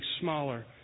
smaller